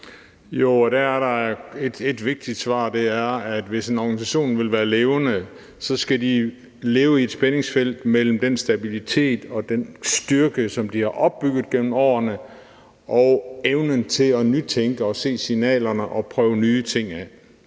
et vigtigt svar. Og det er, at hvis en organisation vil være levende, skal den leve i et spændingsfelt mellem den stabilitet og den styrke, som de har opbygget gennem årene, og så evnen til at nytænke, se signalerne og prøve nye ting af.